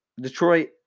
Detroit